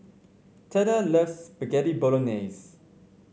Theda loves Spaghetti Bolognese